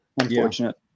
unfortunate